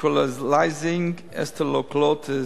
necrotizing enterocolitis.